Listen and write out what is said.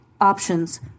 options